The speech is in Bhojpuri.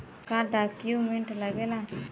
का डॉक्यूमेंट लागेला?